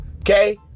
Okay